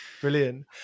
Brilliant